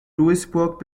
duisburg